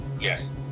Yes